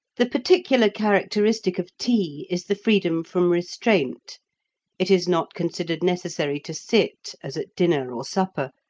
the particular characteristic of tea is the freedom from restraint it is not considered necessary to sit as at dinner or supper,